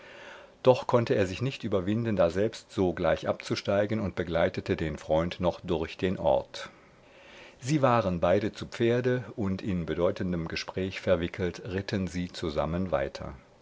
doch konnte er sich nicht überwinden daselbst sogleich abzusteigen und begleitete den freund noch durch den ort sie waren beide zu pferde und in bedeutendem gespräch verwickelt ritten sie zusammen weiter